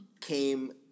came